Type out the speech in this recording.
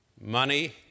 money